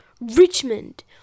Richmond